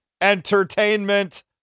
Entertainment